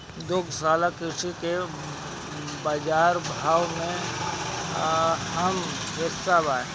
दुग्धशाला कृषि के बाजार व्यापार में अहम हिस्सा बा